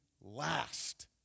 last